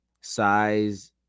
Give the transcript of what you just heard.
size